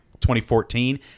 2014